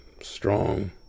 strong